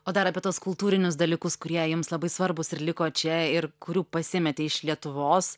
o dar apie tuos kultūrinius dalykus kurie jums labai svarbūs ir liko čia ir kurių pasimetė iš lietuvos